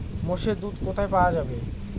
মোষের দুধ কোথায় পাওয়া যাবে?